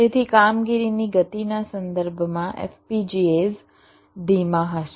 તેથી કામગીરીની ગતિના સંદર્ભમાં FPGAs ધીમા હશે